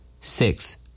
Six